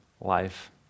life